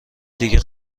دیگه